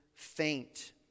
Faint